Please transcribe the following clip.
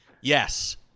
Yes